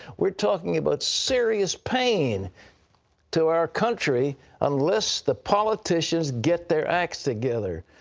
we're talking about serious pain to our country unless the politicians get their acts together.